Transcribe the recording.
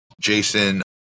Jason